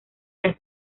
las